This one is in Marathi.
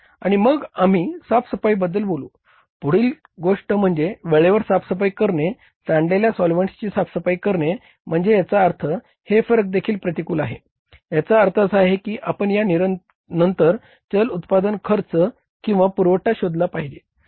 आणि मग आम्ही साफसफाईबद्दल बोलू पुढील गोष्ट म्हणजे वेळेवर साफ सफाई करणे सांडलेल्या सॉल्व्हेंट्सची साफसफाई करणे म्हणजे याचा अर्थ हे फरक देखील प्रतिकूल आहे याचा अर्थ असा आहे की आपण या नंतर चल उत्पादन खर्च किंवा पुरवठा शोधला पाहिजे